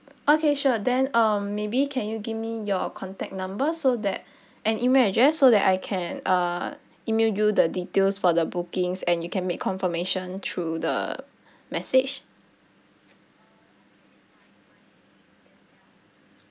okay sure then um maybe can you give me your contact number so that and email address so that I can uh email you the details for the bookings and you can make confirmation through the message